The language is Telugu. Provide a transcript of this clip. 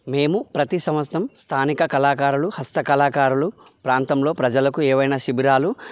మేము ప్రతి సంవత్సరం స్థానిక కళాకారులు హస్త కళాకారులు ప్రాంతంలో ప్రజలకు ఏవైనా శిబిరాలు